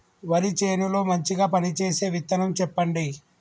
వరి చేను లో మంచిగా పనిచేసే విత్తనం చెప్పండి?